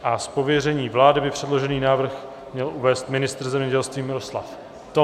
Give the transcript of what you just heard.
Z pověření vlády by předložený návrh měl uvést ministr zemědělství Miroslav Toman.